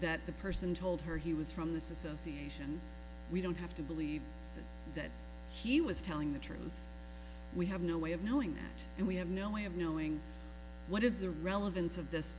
that the person told her he was from this association we don't have to believe that he was telling the truth we have no way of knowing that and we have no way of knowing what is the relevance of this